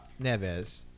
Neves